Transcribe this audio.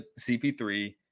cp3